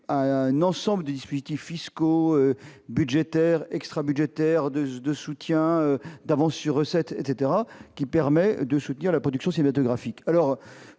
un ensemble de dispositifs fiscaux, budgétaires extra-budgétaires 2 de soutien d'avances sur recettes etc qui permet de soutenir la production c'est le de graphiques